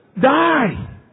Die